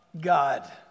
God